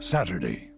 Saturday